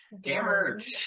Damage